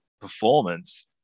performance